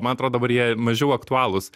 man atro dabar jie mažiau aktualūs